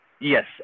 Yes